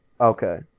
Okay